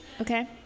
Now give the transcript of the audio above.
Okay